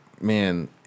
man